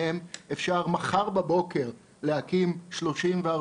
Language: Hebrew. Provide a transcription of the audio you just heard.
אני גם יו"ר הוועדה להגנת הסביבה של המרכז לשלטון מקומי.